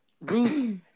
Ruth